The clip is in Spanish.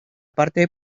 parte